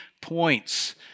points